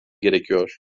gerekiyor